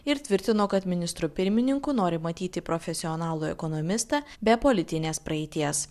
ir tvirtino kad ministru pirmininku nori matyti profesionalų ekonomistą be politinės praeities